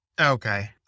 Okay